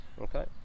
Okay